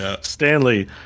Stanley